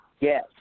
Yes